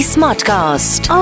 Smartcast